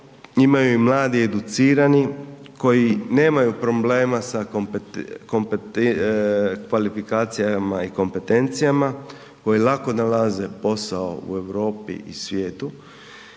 imaju i mladi educirani, koji nemaju problema sa kvalifikacijama i kompetencijama, koji lako nalaze posao u Europi i svijetu,